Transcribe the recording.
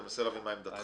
אני מנסה להבין מה עמדתך.